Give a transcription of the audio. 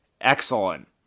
excellent